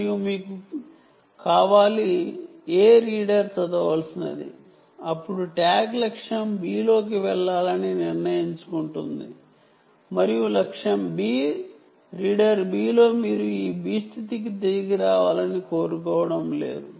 మరియు మీకు కావాలి A రీడర్ చదవవలసినది అప్పుడు ట్యాగ్ లక్ష్యం B లోకి వెళ్లాలని నిర్ణయించుకుంటుంది మరియు లక్ష్యం B రీడర్ B లో మీరు ఈ B స్థితికి తిరిగి రావాలని కోరుకోవడం లేదు